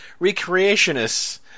recreationists